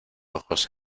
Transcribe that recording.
ojos